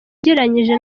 ugereranyije